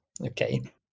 Okay